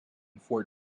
fort